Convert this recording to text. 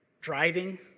Driving